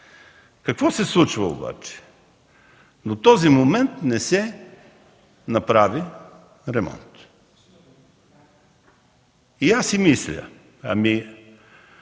Какво се случва обаче? До този момент не се направи ремонт и аз си мисля: или